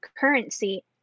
currency